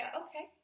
okay